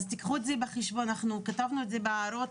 אז תיקחו את זה בחשבון, אנחנו כתבנו את זה בהערות.